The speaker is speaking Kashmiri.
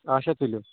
اچھا تُلِو